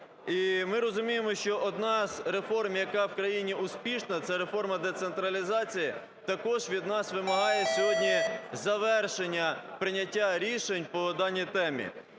ми розуміємо, що одна з реформ, яка в країні успішна, – це реформа децентралізації, також від нас вимагає сьогодні завершення прийняття рішень по даній темі.